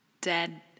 Dead